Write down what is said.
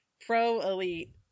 pro-elite